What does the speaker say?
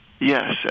Yes